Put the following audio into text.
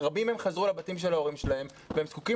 רבים מהם חזרו לבתים של ההורים שלהם והם זקוקים